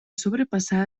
sobrepassar